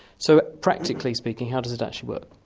so practically speaking, how does it actually work?